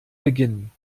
beginnen